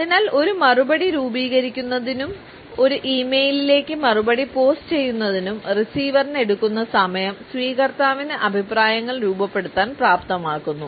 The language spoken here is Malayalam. അതിനാൽ ഒരു മറുപടി രൂപീകരിക്കുന്നതിനും ഒരു ഇ മെയിലിലേക്ക് മറുപടി പോസ്റ്റുചെയ്യുന്നതിനും റിസീവറിന് എടുക്കുന്ന സമയം സ്വീകർത്താവിന് അഭിപ്രായങ്ങൾ രൂപപ്പെടുത്താൻ പ്രാപ്തമാക്കുന്നു